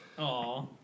Aw